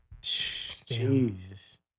Jesus